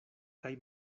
kaj